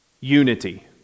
unity